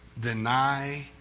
Deny